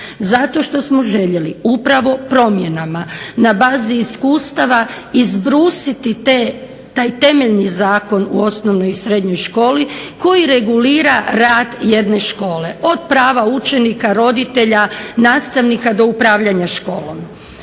Zato što smo željeli upravo promjenama na bazi iskustava izbrusiti taj temeljni Zakon o osnovnoj i srednjoj školi koji regulira rad jedne škole, od prava učenika, roditelja, nastavnika do upravljanja školom.